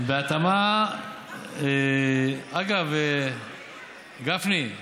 בהתאמה, אגב, גפני,